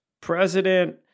president